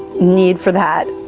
need for that.